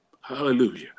Hallelujah